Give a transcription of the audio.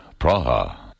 Praha